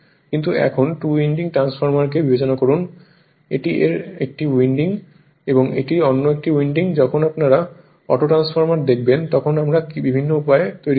কিন্তু এখন two winding ট্রান্সফরমারকে বিবেচনা করুন এটি এর 1টি উইন্ডিং এবং এটি অন্য একটি উইন্ডিং যখন আপনারা অটো ট্রান্সফরমারটা দেখবেন তখন আমরা বিভিন্ন উপায়ে তৈরি করব